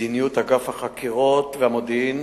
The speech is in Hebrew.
מדיניות אגף החקירות והמודיעין